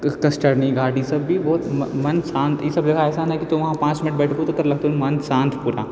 कस्टर्नी घाट ईसब भी बहुत मन शान्त ई सब जगह ऐसन है की तौ वहाँ पाँच मिनट बैठबु तऽ तोरा लगतौ मन शान्त पूरा